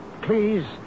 please